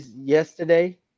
yesterday